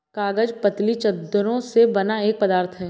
कागज पतली चद्दरों से बना एक पदार्थ है